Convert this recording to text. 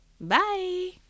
Bye